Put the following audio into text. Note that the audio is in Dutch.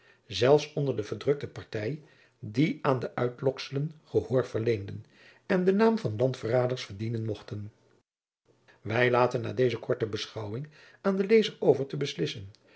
zelfs onder de verdrukte partij die aan de uitlokselen gehoor verleenden en den naam van landverraders verdienen mochten wij laten na deze korte beschouwing aan den lezer over te beslissen